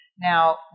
Now